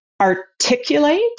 articulate